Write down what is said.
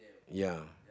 ya